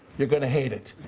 you're going to hate it.